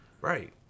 Right